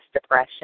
depression